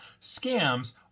scams